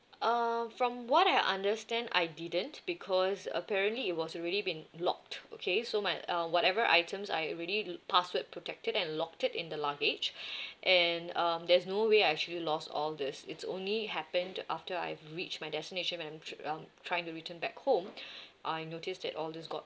uh from what I understand I didn't because apparently it was already been blocked okay so my uh whatever items I already l~ password protected and locked it in the luggage and um there's no way I actually lost all this it's only happened after I've reached my destination when I'm tr~ I'm trying to return back home I noticed that all this got